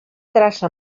traça